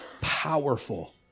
powerful